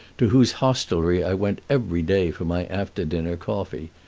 to whose hostelry i went every day for my after-dinner coffee.